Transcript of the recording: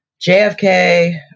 JFK